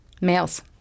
Males